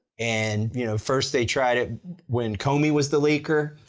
and you know, first they tried it when comey was the leaker,